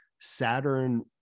Saturn